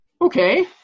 okay